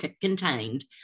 contained